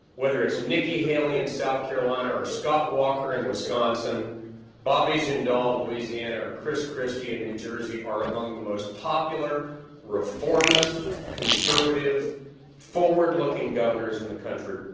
whether it's nikki haley in south carolina. or scott walker in wisconsin, or bobby jindal in louisiana, or chris christie in new jersey are among the most popular reformist conservative forward looking governors in the country,